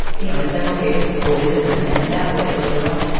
you know, in several cases, the boys that they're going to end up with later on.